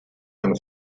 and